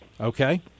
okay